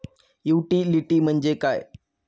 Utility म्हणजे काय?